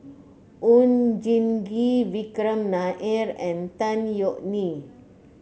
Oon Jin Gee Vikram Nair and Tan Yeok Nee